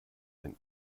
ein